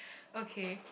okay